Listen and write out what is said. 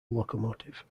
locomotive